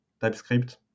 TypeScript